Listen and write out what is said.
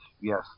Yes